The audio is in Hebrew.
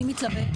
אני מתלבטת.